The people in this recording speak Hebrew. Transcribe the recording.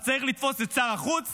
צריך לתפוס את שר החוץ